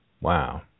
Wow